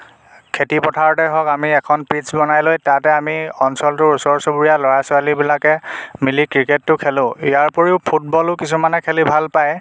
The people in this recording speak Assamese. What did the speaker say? খেতিথাৰতে হওক আমি এখন পিটছ বনাই লৈ তাতে আমি অঞ্চলটোৰ ওচৰ চুবুৰীয়া ল'ৰা ছোৱালীবিলাকে মিলি ক্ৰিকেটটো খেলো ইয়াৰোপৰিও ফুটবলো কিছুমানে খেলি ভাল পায়